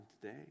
today